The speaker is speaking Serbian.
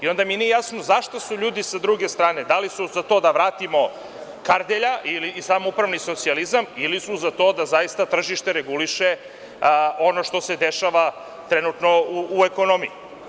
Onda mi nije jasno zašto su ljudi sa druge strane, da li su za to da vratimo Kardelja i samoupravni socijalizam ili su za to da zaista tržište reguliše ono što se dešava trenutno u ekonomiji?